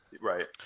Right